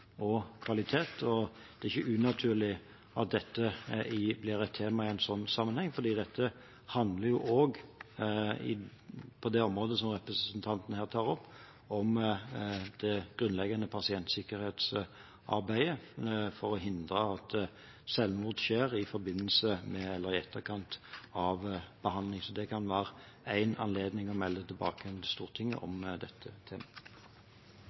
dette blir et tema i en sånn sammenheng, for dette handler jo også om det området som representanten tar opp, om det grunnleggende pasientsikkerhetsarbeidet for å hindre at selvmord skjer i forbindelse med eller i etterkant av behandling. Så det kan være én anledning til å melde tilbake igjen til Stortinget om dette temaet.